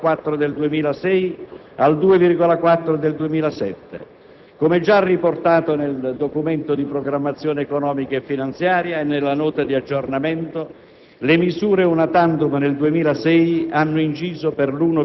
il rapporto *deficit*-PIL si è ridotto dal 4,4 del 2006 al 2,4 del 2007. Come già riportato nel Documento di programmazione economico‑finanziaria e nella Nota di aggiornamento,